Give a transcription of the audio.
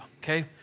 okay